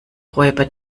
räuber